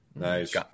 nice